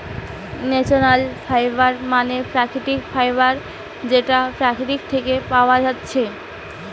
natural fibre মানে প্রাকৃতিক fibre যেটা প্রকৃতি থিকে পায়া যাচ্ছে